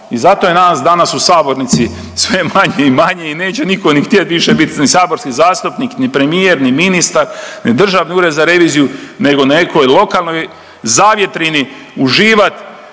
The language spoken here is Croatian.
I zato je nas danas u sabornici sve manje i manje i neće nitko ni htjet više biti ni saborski zastupnik, ni premijer, ni ministar, ni Državni ured za reviziju nego u nekoj lokalnoj zavjetrini uživat